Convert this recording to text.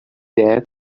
that